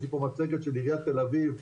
יש לי פה מצגת של עיריית תל אביב,